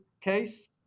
case